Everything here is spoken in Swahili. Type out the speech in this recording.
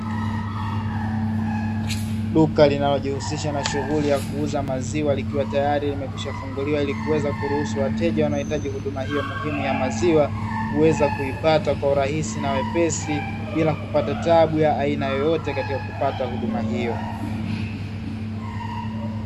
Duka linalojihusisha na shughuli ya kuuza maziwa likiwa tayari limekwishafunguliwa ili kuruhusu wateja wanaohitaji huduma hiyo muhimu ya maziwa kuweza kuipata kwa urahisi na wepesi, bila kupata tabu ya aina yeyote katika kupata huduma hiyo.